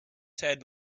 had